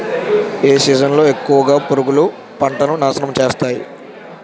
ఏ season లో ఎక్కువుగా పురుగులు పంటను నాశనం చేస్తాయి?